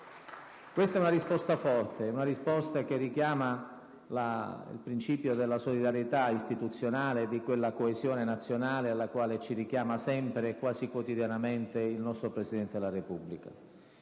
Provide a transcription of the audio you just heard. Questa è una risposta forte, ispirata al principio della solidarietà istituzionale e della coesione nazionale cui ci richiama sempre, quasi quotidianamente, il nostro Presidente della Repubblica.